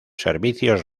servicios